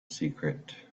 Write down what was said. secret